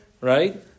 right